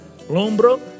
Lombro